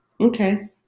okay